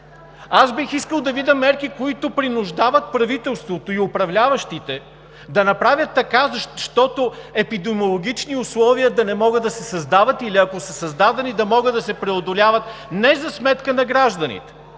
Аз бих искал да видя мерки, които принуждават правителството и управляващите да направят така, щото епидемиологични условия да не могат да се създават или ако са създадени, да могат да се преодоляват не за сметка на гражданите.